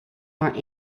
more